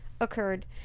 occurred